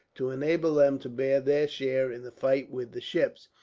to enable them to bear their share in the fight with the ships.